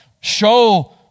Show